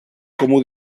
comú